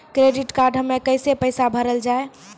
Credit card हम्मे कैसे पैसा भरल जाए?